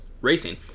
racing